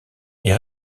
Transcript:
est